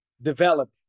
Develop